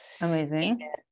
Amazing